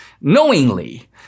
knowingly